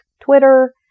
Twitter